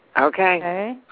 Okay